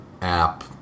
app